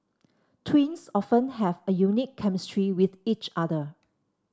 twins often have a unique chemistry with each other